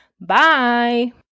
Bye